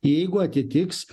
jeigu atitiks